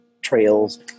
trails